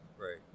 right